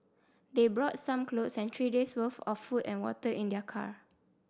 they brought some clothes and three days worth of food and water in their car